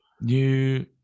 New